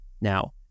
Now